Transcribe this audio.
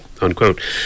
unquote